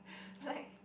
like